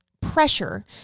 pressure